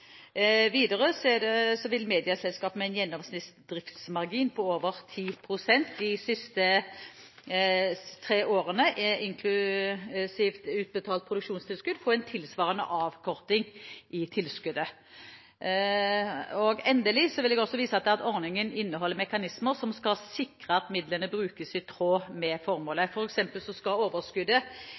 Videre vil medieselskap med en gjennomsnitts driftsmargin på over 10 pst. de siste tre årene, inklusiv utbetalt produksjonstilskudd, få en tilsvarende avkortning i tilskuddet. Endelig vil jeg også vise til at ordningen inneholder mekanismer som skal sikre at midlene brukes i tråd med formålet, f.eks. skal overskuddet